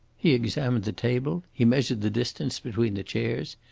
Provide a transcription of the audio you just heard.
he examined the table, he measured the distance between the chairs.